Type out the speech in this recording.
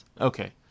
Okay